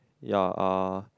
ya uh